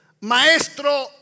Maestro